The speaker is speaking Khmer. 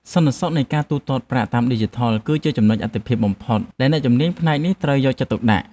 សន្តិសុខនៃការទូទាត់ប្រាក់តាមឌីជីថល គឺជាចំនុចអាទិភាពបំផុតដែលអ្នកជំនាញផ្នែកនេះត្រូវយកចិត្តទុកដាក់។